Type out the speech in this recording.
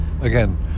again